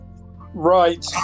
right